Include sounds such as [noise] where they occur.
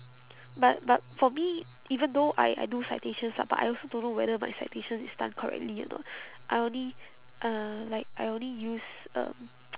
but but for me even though I I do citations lah but I also don't know whether my citations is done correctly or not I only uh like I only use um [noise]